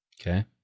Okay